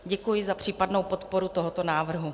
Děkuji za případnou podporu tohoto návrhu.